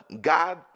god